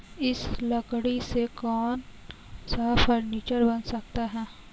इस लकड़ी से कौन सा फर्नीचर बन सकता है?